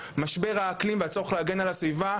משבר האקלים והצורך להגן על הסביבה,